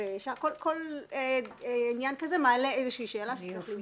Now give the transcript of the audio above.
כל עניין כזה מעלה איזושהי שאלה שצריך לבדוק.